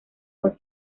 con